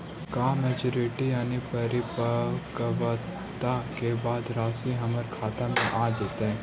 का मैच्यूरिटी यानी परिपक्वता के बाद रासि हमर खाता में आ जइतई?